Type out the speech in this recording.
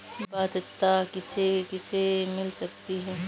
ऋण पात्रता किसे किसे मिल सकती है?